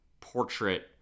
portrait